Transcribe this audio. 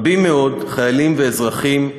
רבים מאוד, חיילים ואזרחים,